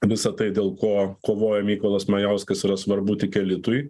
visa tai dėl ko kovoja mykolas majauskas yra svarbu tik elitui